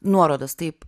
nuorodas taip